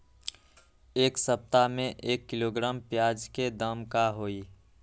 एक सप्ताह में एक किलोग्राम प्याज के दाम का होई?